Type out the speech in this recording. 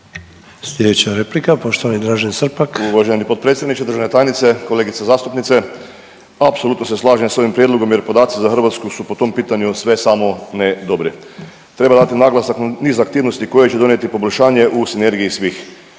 Slijedeća replika, poštovani Dražen Srpak. **Srpak, Dražen (HDZ)** Uvaženi potpredsjedniče, državna tajnice, kolegice zastupnice apsolutno se slažem s ovim prijedlogom jer podaci za Hrvatsku su po tom pitanju sve samo ne dobri. Treba dati naglasak na niz aktivnosti koje će donijeti poboljšanje u sinergiji svih.